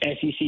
SEC